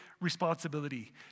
responsibility